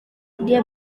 dia